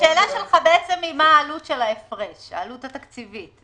השאלה שלך היא בעצם מה העלות התקציבית של ההפרש.